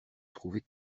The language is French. trouver